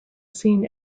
seen